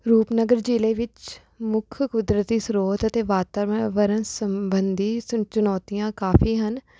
ਰੂਪਨਗਰ ਜ਼ਿਲ੍ਹੇ ਵਿੱਚ ਮੁੱਖ ਕੁਦਰਤੀ ਸਰੋਤ ਅਤੇ ਵਾਤਾਵਰਣ ਸੰਬੰਧੀ ਸੰ ਚੁਣੌਤੀਆਂ ਕਾਫੀ ਹਨ